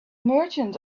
merchant